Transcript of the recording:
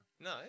No